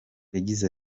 yagize